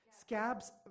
scabs